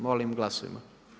Molim glasujmo.